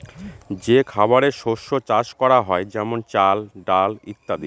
যে খাবারের শস্য চাষ করা হয় যেমন চাল, ডাল ইত্যাদি